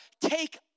take